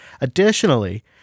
Additionally